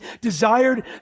desired